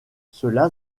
cela